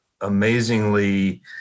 amazingly